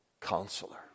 counselor